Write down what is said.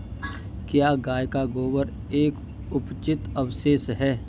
क्या गाय का गोबर एक अपचित अवशेष है?